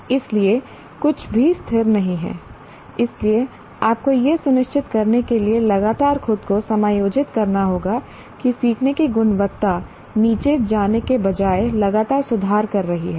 इसलिए कुछ भी स्थिर नहीं है इसलिए आपको यह सुनिश्चित करने के लिए लगातार खुद को समायोजित करना होगा कि सीखने की गुणवत्ता नीचे जाने के बजाय लगातार सुधार कर रही है